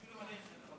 שולם עליכם,